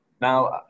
Now